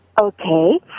Okay